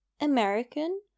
American